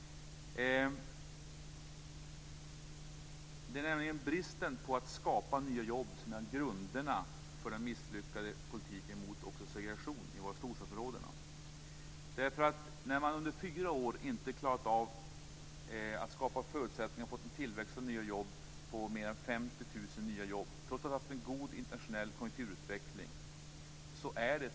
Det är nämligen bristen när det gäller att skapa nya jobb som är grunden för den misslyckade politiken mot segregation i våra storstadsområden. Det är ett kapitalt misslyckande att man under fyra år inte klarat av att skapa förutsättningar för tillväxt och inte skapat mer än 50 000 nya jobb trots att vi har haft en god internationell konjunkturutveckling.